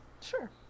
Sure